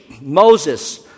Moses